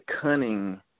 cunning